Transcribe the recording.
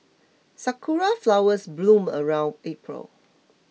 sakura flowers bloom around April